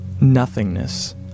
nothingness